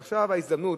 ועכשיו ההזדמנות,